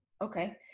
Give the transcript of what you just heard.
okay